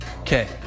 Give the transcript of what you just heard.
Okay